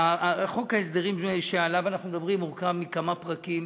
חוק ההסדרים שעליו אנחנו מדברים מורכב מכמה פרקים